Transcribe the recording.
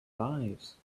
lives